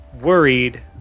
worried